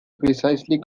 precisely